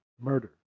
Murder